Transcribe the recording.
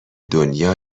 دنیا